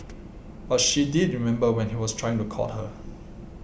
but she did remember when he was trying to court her